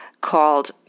called